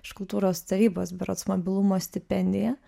iš kultūros tarybos berods mobilumo stipendiją